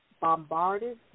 bombarded